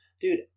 Dude